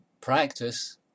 practice